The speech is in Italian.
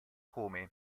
come